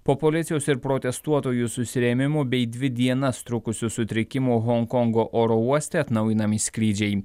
po policijos ir protestuotojų susirėmimų bei dvi dienas trukusių sutrikimų honkongo oro uoste atnaujinami skrydžiai